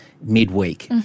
midweek